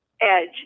edge